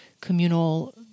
communal